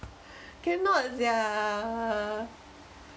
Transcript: cannot sia